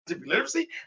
literacy